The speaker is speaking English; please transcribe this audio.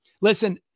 listen